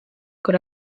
kur